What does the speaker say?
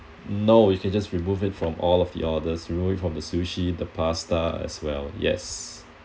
no you can just remove it from all of the orders remove it from the sushi the pasta as well yes